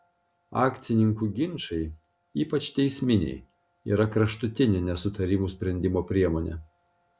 akcininkų ginčai ypač teisminiai yra kraštutinė nesutarimų sprendimo priemonė